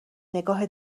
نگاه